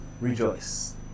rejoice